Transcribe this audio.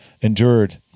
endured